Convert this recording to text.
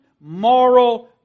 moral